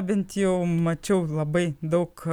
bent jau mačiau labai daug